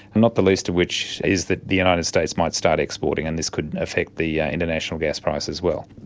and not the least of which is that the united states might start exporting and this could affect the international gas price as well.